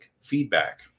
feedback